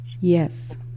Yes